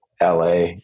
LA